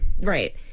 right